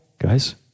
guys